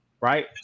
right